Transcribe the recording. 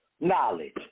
knowledge